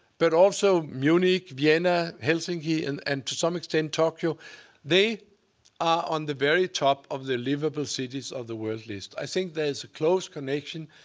but also munich, vienna, helsinki, and and to some extent tokyo they are on the very top of the livable cities of the world list. i think there's a close connection.